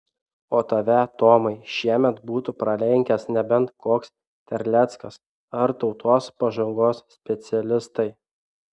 o tave tomai šiemet būtų pralenkęs nebent koks terleckas ar tautos pažangos specialistai